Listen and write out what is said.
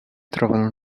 trovano